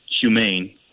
humane